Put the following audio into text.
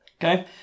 Okay